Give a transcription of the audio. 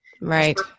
Right